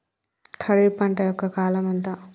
ఖరీఫ్ పంట యొక్క కాలం ఎంత?